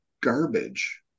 garbage